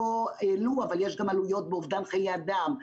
יש גם עלויות באובדן חיי אדם,